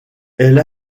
elle